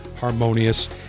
harmonious